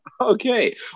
Okay